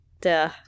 Duh